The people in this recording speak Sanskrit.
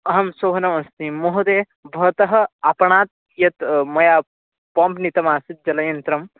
अहं सोहनमस्मि महोदयः भवतः आपणात् यत् मया पम्प् नीतमासीत् जलयन्त्रं